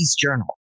Journal